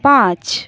পাঁচ